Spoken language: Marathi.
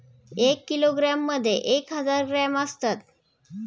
एक किलोग्रॅममध्ये एक हजार ग्रॅम असतात